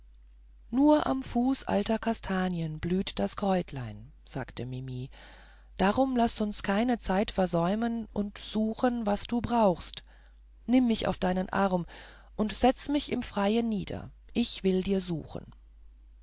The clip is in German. nur am fuße alter kastanien blüht das kräutlein sagte mimi darum laß uns keine zeit versäumen und suchen was du brauchst nimm mich auf deinen arm und setze mich im freien nieder ich will dir suchen